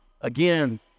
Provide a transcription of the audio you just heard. again